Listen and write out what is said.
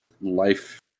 life